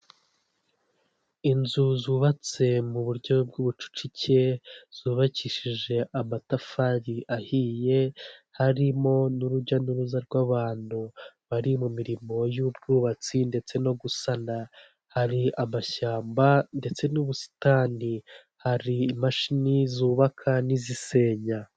Inzu zubatse mu buryo bw'ubucucike zubakishije amatafari ahiye harimo n'urujya n'uruza rw'abantu bari mu mirimo y'ubwubatsi ndetse no gusana hari amashyamba ndetse n'ubusitani hari imashini zubaka n'izisenya .